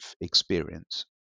experience